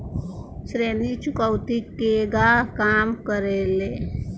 ऋण चुकौती केगा काम करेले?